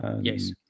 yes